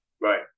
Right